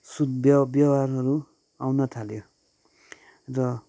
सुब्य व्यवहारहरू आउन थाल्यो र